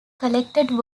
collected